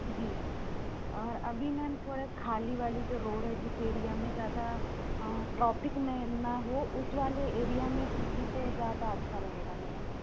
जी और अभी मैम थोड़ा ख़ाली वाली जो रोड है जिस एरिया में ज़्यादा ट्रैफिक में ना हो उसे वाले एरिया में सीखे तो ज़्यादा अच्छा रहेगा मैडम